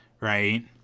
right